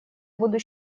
буду